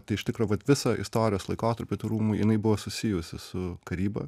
tai iš tikro vat visą istorijos laikotarpį tų rūmų jinai buvo susijusi su karyba